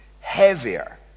heavier